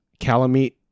Calamite